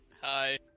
Hi